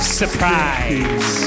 surprise